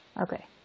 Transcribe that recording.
Okay